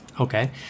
Okay